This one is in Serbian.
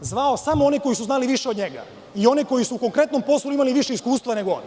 zvao samo one koji su znali više od njega i one koji su u konkretnom poslu imali više iskustva nego on.